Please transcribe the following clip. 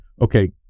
Okay